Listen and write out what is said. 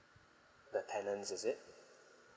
the tenants is it